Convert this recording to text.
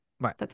Right